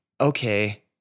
okay